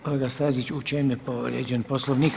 Kolega Stazić u ček je povrijeđen Poslovnik?